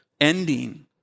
ending